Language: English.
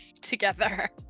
together